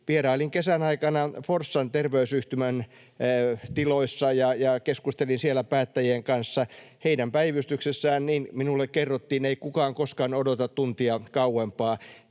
Vierailin kesän aikana Forssan terveysyhtymän tiloissa ja keskustelin siellä päättäjien kanssa. Heidän päivystyksessään, niin minulle kerrottiin, ei kukaan koskaan odota tuntia kauempaa.